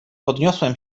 podniosłem